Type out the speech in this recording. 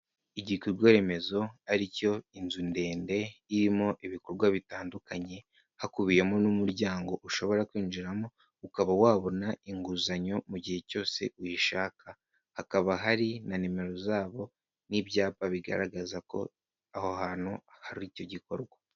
Igikorwa remezo ari cyo inzu ndende irimo ibikorwa bitandukanye hakubiyemo n'umuryango ushobora kwinjiramo ukaba wabona inguzanyo mu gihe cyose uyishaka hakaba hari na nimero zabo n'ibyapa bigaragaza ko aho hantu haricyo gikorwa.